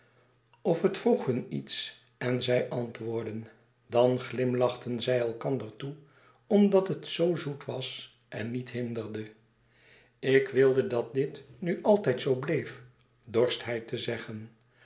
of het vroeg hun iets en zij antwoordden dan glimlachten zij elkander toe omdat het zoo zoet was en niet hinderde ik wilde dat dit nu altijd zoo bleef dorst hij te zeggen